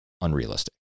unrealistic